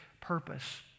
purpose